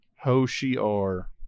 Ho-Shi-R